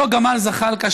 אותו גמל זחאלקה,